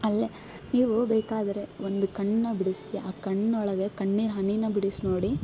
ಅಲ್ಲೆ ನೀವು ಬೇಕಾದರೆ ಒಂದು ಕಣ್ಣು ಬಿಡಿಸಿ ಆ ಕಣ್ಣೊಳಗೆ ಕಣ್ಣೀರ ಹನಿನ ಬಿಡಿಸಿ ನೋಡಿ